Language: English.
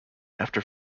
after